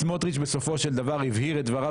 סמוטריץ' בסופו של דבר הבהיר את דבריו